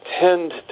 tend